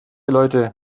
leute